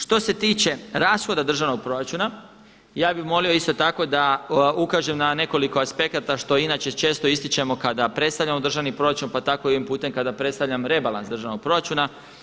Što se tiče rashoda državnog proračuna ja bi molio isto tako da ukažem na nekoliko aspekata što inače često ističemo kada predstavljamo državni proračun pa tako i ovim putem kada predstavljam rebalans državnog proračuna.